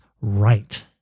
right